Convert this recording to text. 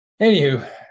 Anywho